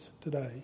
today